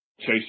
chase